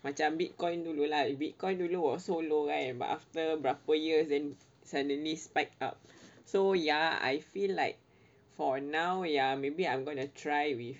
macam bitcoin dulu lah bitcoin dulu also low kan but after four years then suddenly spiked up so ya I feel like for now ya maybe I'm gonna try with